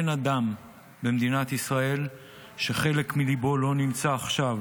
אין אדם במדינת ישראל שחלק מליבו לא נמצא עכשיו